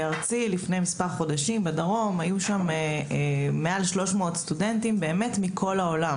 לפני מספר חודשים ארגנו טיול בדרום והיו שם סטודנטים מכל העולם.